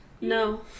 No